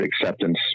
acceptance